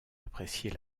apprécier